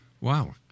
Wow